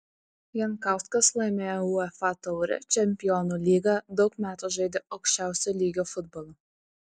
jankauskas laimėjo uefa taurę čempionų lygą daug metų žaidė aukščiausio lygio futbolą